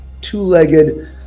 two-legged